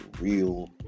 real